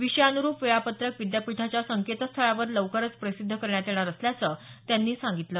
विषयान्रूप वेळापत्रक विद्यापीठाच्या संकेतस्थळावर लवकरच प्रसिद्ध करण्यात येणार असल्याचं त्यांनी सांगितलं